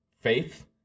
faith